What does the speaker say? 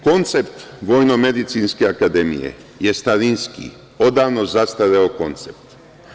Koncept Vojnomedicinske akademije je starinski, odavno zastareo koncept.